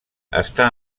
està